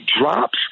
drops